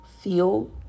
feel